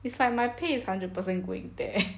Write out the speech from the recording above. it's like my pay is hundred percent going there